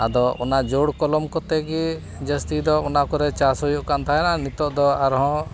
ᱟᱫᱚ ᱚᱱᱟ ᱡᱳᱲ ᱠᱚᱞᱚᱢ ᱠᱚᱛᱮ ᱜᱮ ᱡᱟᱹᱥᱛᱤᱫᱚ ᱚᱱᱟᱠᱚᱨᱮ ᱪᱟᱥ ᱦᱩᱭᱩᱜ ᱠᱟᱱ ᱛᱟᱦᱮᱱᱚᱜᱼᱟ ᱟᱨ ᱱᱤᱛᱚᱝ ᱫᱚ ᱟᱨᱦᱚᱸ